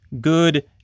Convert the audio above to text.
good